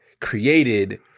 created